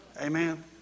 Amen